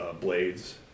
blades